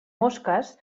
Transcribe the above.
mosques